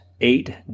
eight